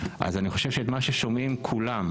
אז אני חושב שאת מה ששומעים כולם,